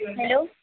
hello